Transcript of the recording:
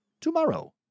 tomorrow